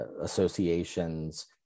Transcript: associations